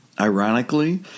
Ironically